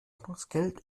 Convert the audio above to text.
ordnungsgeld